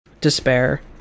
despair